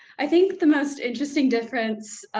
i think the most interesting difference